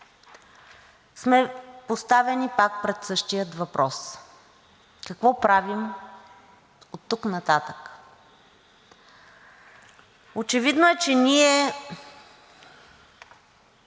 сме поставени пак пред същия въпрос: какво правим оттук нататък? Очевидно е, че ние